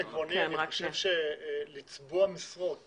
אבל באופן עקרוני אני חושב שלצבוע משרות